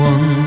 One